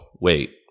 wait